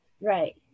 Right